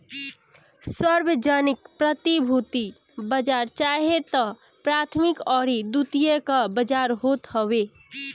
सार्वजानिक प्रतिभूति बाजार चाहे तअ प्राथमिक अउरी द्वितीयक बाजार होत हवे